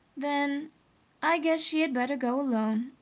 then i guess she had better go alone,